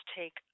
take